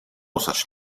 such